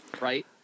right